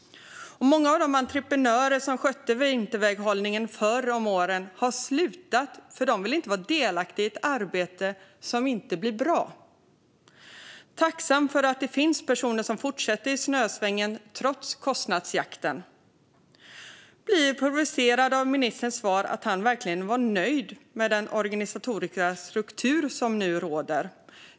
Många av de entreprenörer som skötte vinterväghållningen förr om åren har slutat, för de vill inte vara delaktiga i ett arbete som inte blir bra. Jag är tacksam för att det finns personer som fortsätter i snösvängen trots kostnadsjakten. Jag blir provocerad av ministerns svar att han verkligen är nöjd med den organisatoriska struktur som nu råder.